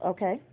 Okay